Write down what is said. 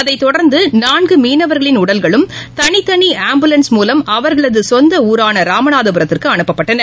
அதைதொடர்ந்துநான்குமீனவர்களின் உடல்களும் தனித்தனிஆம்புலன்ஸ் மூலம் அவர்களது சொந்த ஊரானராமநாதபுரத்திற்கு அனுப்பப்பட்டன